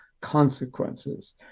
consequences